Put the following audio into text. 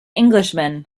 englishman